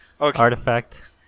artifact